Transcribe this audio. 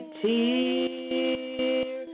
tear